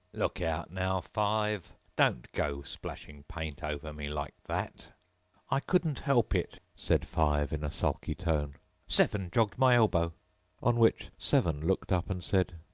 look out now, five! don't go splashing paint over me like that i couldn't help it said five, in a sulky tone seven jogged my elbow on which seven looked up and said,